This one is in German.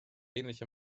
ähnliche